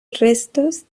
restos